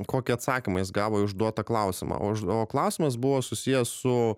kokį atsakymą jis gavo į užduotą klausimą o už o klausimas buvo susijęs su